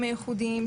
סחיטה,